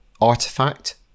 artifact